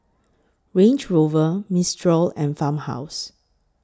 Range Rover Mistral and Farmhouse